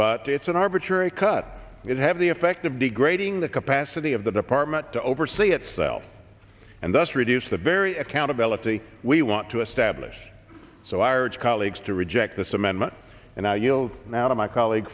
but it's an arbitrary cut it have the effect of degrading the capacity of the department to oversee itself and thus reduce the very accountability we want to establish so irish colleagues to reject this amendment and i yield now to my colleague